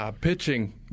Pitching